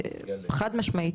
חד משמעית.